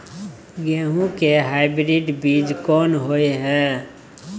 गेहूं के हाइब्रिड बीज कोन होय है?